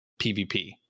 PvP